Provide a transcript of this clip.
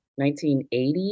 1980